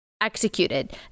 executed